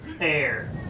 air